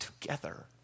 together